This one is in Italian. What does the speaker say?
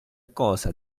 cosa